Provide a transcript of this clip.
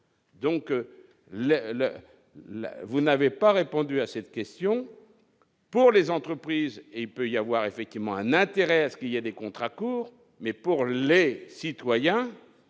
la, vous n'avez pas répondu à cette question pour les entreprises et il peut y avoir effectivement un intérêt à ce qu'il y a des contrats courts, mais pour les citoyens,